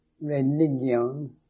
religion